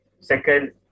second